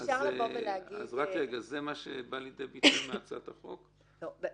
האם זה מה שבא לידי ביטוי מהצעת החוק הזו?